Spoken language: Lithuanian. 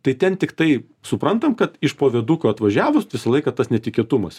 tai ten tiktai suprantam kad iš po viaduko atvažiavus visą laiką tas netikėtumas